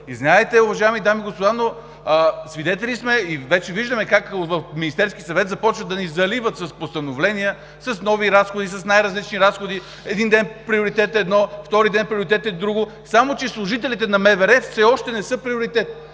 Извинявайте, уважаеми дами и господа, но свидетели сме и вече виждаме как в Министерския съвет започват да ни заливат с постановления, с нови разходи, с най-различни разходи. Един ден приоритет е едно, втори ден приоритет е друго. Само че служителите на МВР все още не са приоритет,